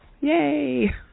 Yay